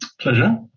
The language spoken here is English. Pleasure